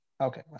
okay